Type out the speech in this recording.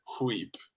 weep